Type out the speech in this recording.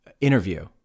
interview